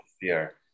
fear